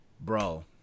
bro